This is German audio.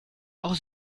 auch